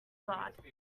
god